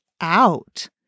out